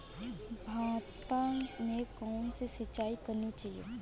भाता में कौन सी सिंचाई करनी चाहिये?